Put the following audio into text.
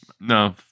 no